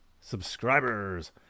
subscribers